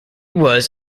was